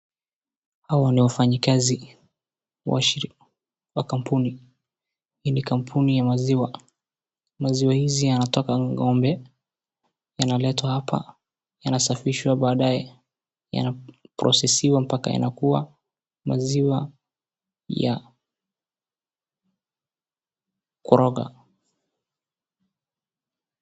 Hawa ni wafanyikazi wa kampuni. Hii ni kampuni ya maziwa. Maziwa hizi inatoka ng`ombe yanaletwa hapa yanasafishwa baadae yana processiwa mpaka yanakua maziwa ya koroga.